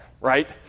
right